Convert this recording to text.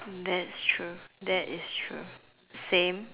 that's true that is true same